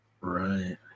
Right